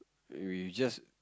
we we just